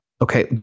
Okay